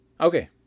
Okay